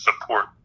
support